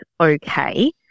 okay